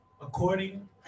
According